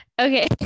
Okay